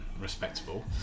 respectable